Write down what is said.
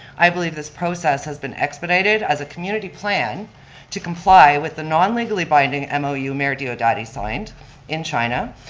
i believe this process has been expedited as a community plan to comply with the non-legally binding mou mayor diodati signed in china,